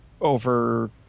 over